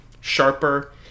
sharper